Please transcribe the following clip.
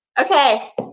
Okay